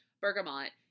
Bergamot